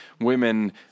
women